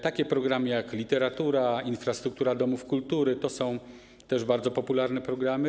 Takie programy jak ˝Literatura˝, ˝Infrastruktura domów kultury˝ to są też bardzo popularne programy.